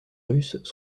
russes